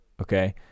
okay